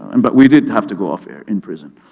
and but we did have to go off-air in prison.